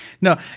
No